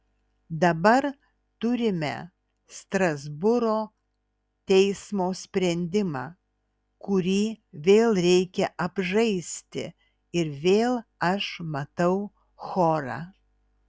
dabar turime strasbūro teismo sprendimą kurį vėl reikia apžaisti ir vėl aš matau chorą